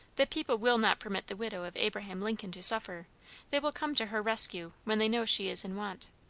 the people will not permit the widow of abraham lincoln to suffer they will come to her rescue when they know she is in want.